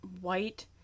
white